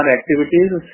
activities